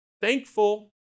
thankful